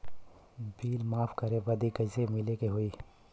Bill माफ करे बदी कैसे मिले के होई?